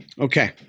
Okay